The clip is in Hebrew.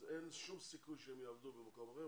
אז אין שום סיכוי שהם יעבדו במקום עבודה.